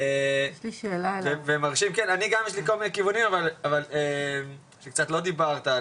יש לי כמה כיוונים שקצת לא דיברת,